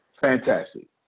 Fantastic